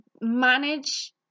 manage